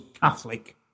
Catholic